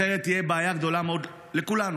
אחרת תהיה בעיה גדולה מאוד לכולנו.